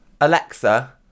Alexa